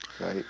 Right